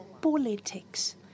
politics